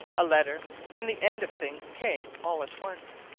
a letter and the end of things came all at once.